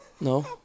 No